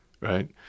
right